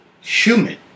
Human